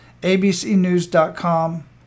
abcnews.com